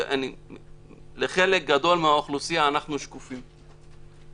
שלחלק גדול מהאוכלוסייה אנחנו שקופים.